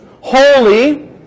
holy